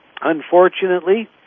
unfortunately